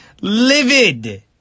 livid